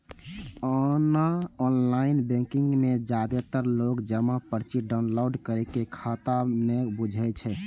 ओना online banking मे जादेतर लोक जमा पर्ची डॉउनलोड करै के खगता नै बुझै छै